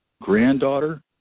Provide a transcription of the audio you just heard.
granddaughter